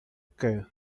que